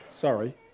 Sorry